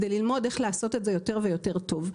וזאת כדי ללמוד איך לעשות את זה יותר ויותר טוב.